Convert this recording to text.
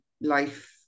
life